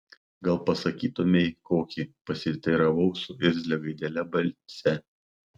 gal pasakytumei kokį pasiteiravau su irzlia gaidele balse